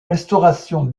restauration